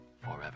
forever